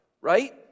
right